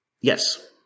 Yes